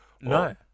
No